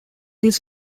this